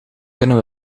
kunnen